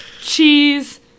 cheese